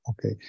Okay